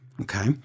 Okay